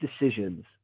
decisions